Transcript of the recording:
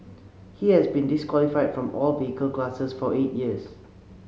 he has been disqualified from all vehicle classes for eight years